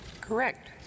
Correct